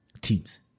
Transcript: teams